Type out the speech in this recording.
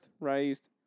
raised